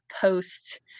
post